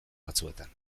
batzuetan